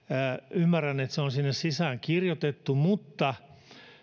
ymmärrän että se on sinne sisään kirjoitettu mutta